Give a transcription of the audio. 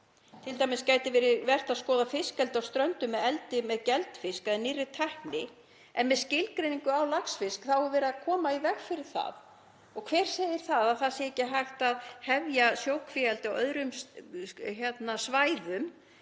Til dæmis gæti verið vert að skoða fiskeldi á Ströndum með geldfisk eða nýrri tækni en með skilgreiningu á laxfiski er verið að koma í veg fyrir það. Og hver segir að það sé ekki hægt að hefja sjókvíaeldi á öðrum svæðum